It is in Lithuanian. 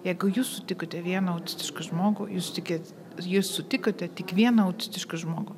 jeigu jūs sutikote vieną autistišką žmogų jūs tikit jūs sutikote tik vieną autistišką žmogų